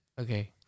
Okay